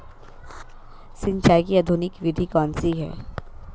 सिंचाई की आधुनिक विधि कौनसी हैं?